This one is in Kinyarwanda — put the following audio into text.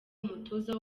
umutoza